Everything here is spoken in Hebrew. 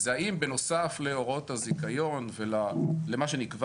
זה האם בנוסף להוראות הזיכיון ולמה שנקבע